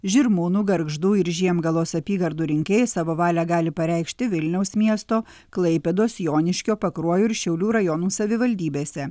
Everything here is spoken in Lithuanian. žirmūnų gargždų ir žiemgalos apygardoj rinkėjai savo valią gali pareikšti vilniaus miesto klaipėdos joniškio pakruojo ir šiaulių rajonų savivaldybėse